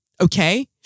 Okay